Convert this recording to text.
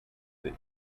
that